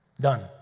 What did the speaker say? done